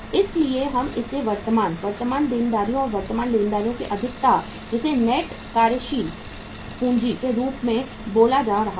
इसलिए हम इसे वर्तमान देनदारियों और वर्तमान लेनदारों की अधिकताइससे नेट कार्यशील पूंजी के रूप में बुला रहे हैं